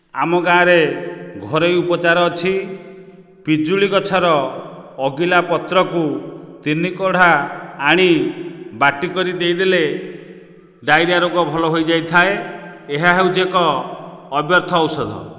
ଆମ ଗାଁରେ ଘରୋଇ ଉପଚାର ଅଛି ପିଜୁଳି ଗଛର ଅଗିଲା ପତ୍ରକୁ ତିନି କଢ଼ା ଆଣି ବାଟିକରି ଦେଇଦେଲେ ଡାଇରିଆ ରୋଗ ଭଲ ହୋଇଯାଇ ଥାଏ ଏହା ହେଉଛି ଏକ ଅବ୍ୟଥୟ ଔଷଧ